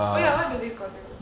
oh ya what do they call you